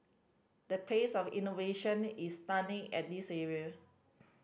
the pace of innovation is stunning at this area